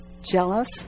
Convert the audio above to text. jealous